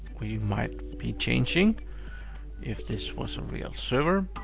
we might be changing if this was a real server.